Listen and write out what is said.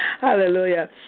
hallelujah